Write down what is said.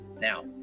Now